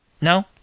No